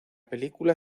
película